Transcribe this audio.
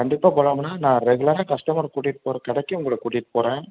கண்டிப்பாக போகலாமுண்ணா நான் ரெகுலராக கஸ்டமர் கூட்டிகிட்டு போகற கடைக்கும் உங்களை கூட்டிகிட்டுப் போகறேன்